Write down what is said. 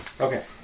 Okay